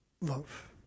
love